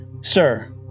Sir